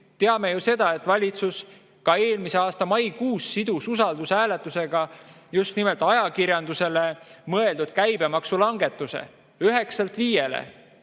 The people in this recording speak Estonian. Teame ju seda, et valitsus eelmise aasta maikuus sidus usaldushääletusega ajakirjandusele mõeldud käibemaksu langetuse 9%‑lt